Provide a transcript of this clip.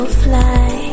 fly